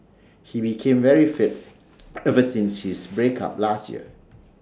he became very fit ever since his break up last year